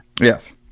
Yes